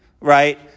right